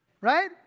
Right